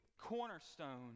cornerstone